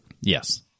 Yes